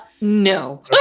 No